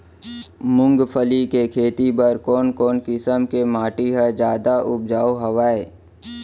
मूंगफली के खेती बर कोन कोन किसम के माटी ह जादा उपजाऊ हवये?